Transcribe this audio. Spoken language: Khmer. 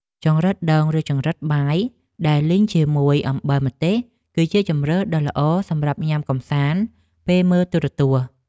ចង្រិតដូងឬចង្រិតបាយដែលលីងជាមួយអំបិលម្ទេសគឺជាជម្រើសដ៏ល្អសម្រាប់ញ៉ាំកម្សាន្តពេលមើលទូរទស្សន៍។